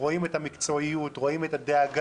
רואים את המקצועיות, רואים את הדאגה,